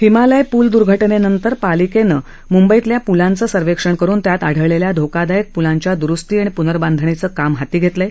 हिमालय पूल दर्घटनेनंतर पालिकेनं मुंबईतल्या पूलांचं सर्वेक्षण करून त्यात आढळलेल्या धोकादायक प्लांच्या द्रुस्ती आणि प्नर्बाधणीचं काम हाती घेतलं आहे